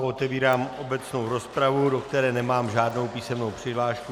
Otevírám obecnou rozpravu, do které nemám žádnou písemnou přihlášku.